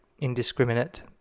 indiscriminate